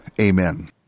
Amen